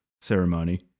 ceremony